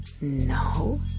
No